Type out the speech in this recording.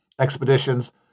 expeditions